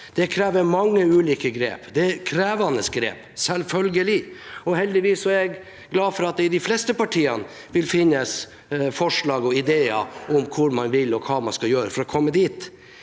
Det krever mange ulike grep – og krevende grep, selvfølgelig. Jeg er glad for at det, heldigvis, i de fleste partier vil finnes forslag og ideer om hvor man vil, og hva man skal gjøre for å komme dit.